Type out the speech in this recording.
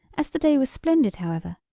as the day was splendid, however,